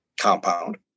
compound